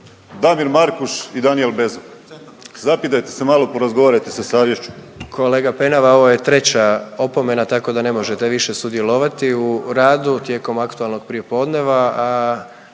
Damir Markuš i Danijel Bezuk? Zapitajte se malo i porazgovarajte sa savješću. **Jandroković, Gordan (HDZ)** Kolega Penava, ovo je treća opomena tako da ne možete više sudjelovati u radu tijekom aktualnog prijepodneva.